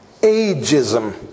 ageism